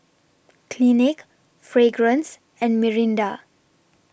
Clinique Fragrance and Mirinda